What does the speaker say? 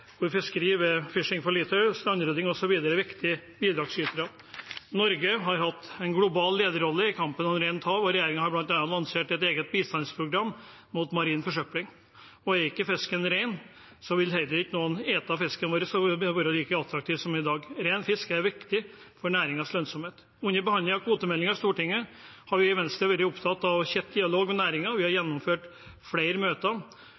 ved «Fishing for Litter», strandrydding osv. viktige bidragsytere. Norge har hatt en global lederrolle i kampen om rent hav, og regjeringen har bl.a. lansert et eget bistandsprogram mot marin forsøpling. Er ikke fisken ren, vil heller ikke noen spise fisken vår, og den vil ikke være like attraktiv som i dag. Ren fisk er viktig for næringens lønnsomhet. Under behandlingen av kvotemeldingen i Stortinget har vi i Venstre vært opptatt av tett dialog med næringen. Vi har gjennomført flere møter